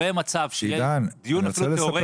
לא יהיה מצב שיהיה דיון אפילו תיאורטי